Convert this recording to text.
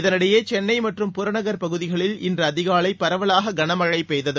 இதனிடையே சென்னை மற்றும் புறநகர்ப் பகுதிகளில் இன்று அதிகாலை பரவலாக கனமழை பெய்தது